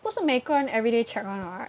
不是每个人 everyday check [one] [what]